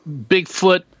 Bigfoot